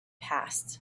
passed